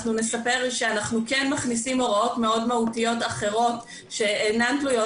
אנחנו נספר שאנחנו כן מכניסים הוראות מאוד מהותיות אחרות שאינן תלויות,